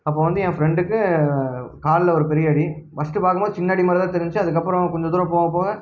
அப்போது வந்து என் ஃப்ரெண்டுக்கு காலில் ஒரு பெரிய அடி ஃபஸ்ட்டு பார்க்கும்போது சின்ன அடி மாதிரி தான் தெரிஞ்சிச்சு அதுக்கப்புறம் கொஞ்ச தூரம் போக போக